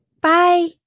Bye